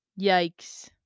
Yikes